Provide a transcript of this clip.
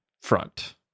front